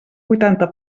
vuitanta